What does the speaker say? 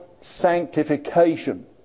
sanctification